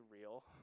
real